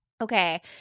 Okay